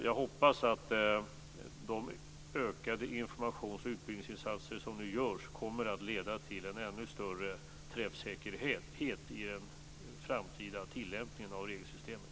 Jag hoppas att de ökade informations och utbildningsinsatser som nu görs kommer att leda till en ännu större träffsäkerhet i den framtida tillämpningen av regelsystemet.